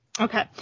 okay